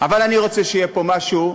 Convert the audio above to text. אבל אני רוצה שיהיה פה משהו,